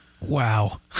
wow